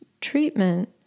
Treatment